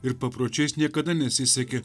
ir papročiais niekada nesisekė